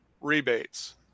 rebates